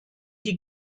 die